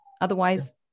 otherwise